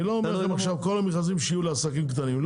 אני לא אומר שמעכשיו כל המכרזים יהיו לעסקים קטנים.